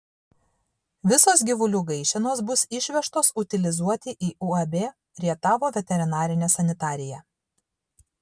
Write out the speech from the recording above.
visos gyvulių gaišenos bus išvežtos utilizuoti į uab rietavo veterinarinė sanitarija